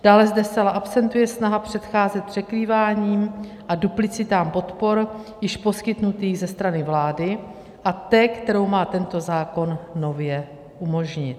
Dále zde zcela absentuje snaha předcházet překrývání a duplicitám podpor již poskytnutých ze strany vlády a té, kterou má tento zákon nově umožnit.